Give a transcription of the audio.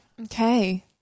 Okay